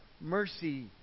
mercy